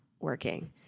working